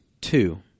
two